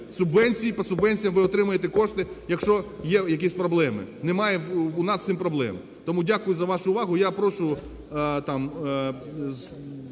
субвенції, і по субвенціям ви отримаєте кошти, якщо є якісь проблеми. Немає у нас з цим проблем. Тому дякую за вашу увагу.